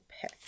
pick